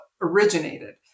originated